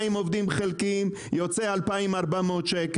עובדים חלקיים בגן ילדים עולים 2,400 ₪.